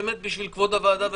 באמת בשביל כבוד הוועדה וכבודכם,